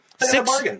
Six